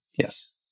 Yes